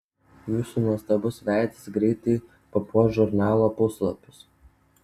jūsų nuostabus veidas greitai papuoš žurnalo puslapius